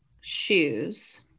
shoes